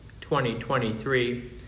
2023